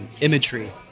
imagery